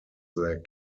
their